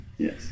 Yes